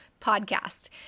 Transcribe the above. podcast